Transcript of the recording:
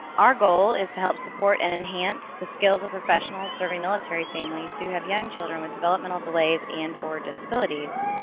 our goal is to help support and enhance the skills of professionals serving military families who have young children with developmental delays and or disabilities.